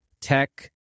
tech